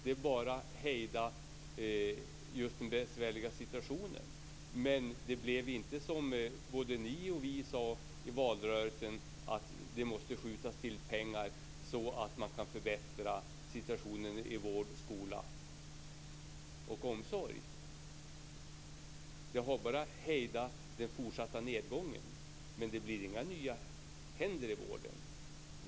Det bara hejdar den besvärliga situationen men det har inte blivit som både ni och vi sade i valrörelsen, nämligen att pengar skjuts till så att det går att förbättra situationen inom vården, skolan och omsorgen. Det här har bara hejdat den fortsatta nedgången men det blir inga nya händer i vården.